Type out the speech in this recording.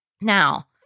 Now